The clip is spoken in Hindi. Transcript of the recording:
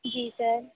जी सर